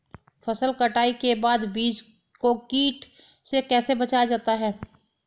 फसल कटाई के बाद बीज को कीट से कैसे बचाया जाता है?